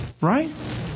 right